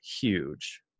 huge